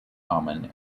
common